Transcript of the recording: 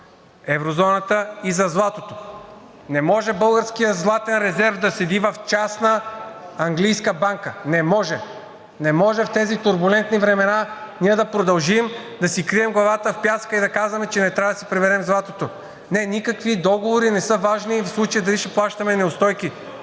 еврозоната и златото. Не може българският златен резерв да седи в частна английска банка, не може! Не може в тези турбулентни времена ние да продължим да си крием главата в пясъка и да казваме, че не трябва да си приберем златото. Никакви договори не са важни и в случая – дали ще плащаме неустойки.